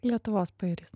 lietuvos pajūris